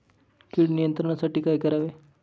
कीड नियंत्रणासाठी काय करावे?